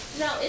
No